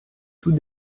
tout